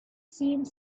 seemed